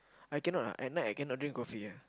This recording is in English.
I cannot ah at night I cannot drink coffee ah